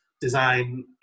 design